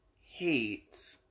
hate